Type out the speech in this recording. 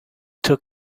took